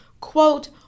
quote